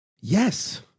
Yes